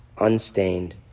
unstained